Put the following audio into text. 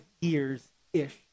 years-ish